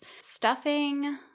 Stuffing